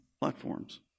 platforms